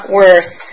worth